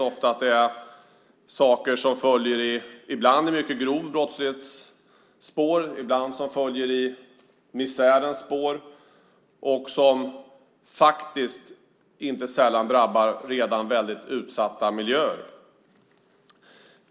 Ofta är det fråga om sådant som följer ibland i spåren av en mycket grov brottslighet, ibland i spåren av misär, och som inte sällan drabbar redan väldigt utsatta miljöer.